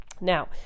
Now